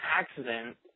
accident